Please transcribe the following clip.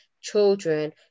children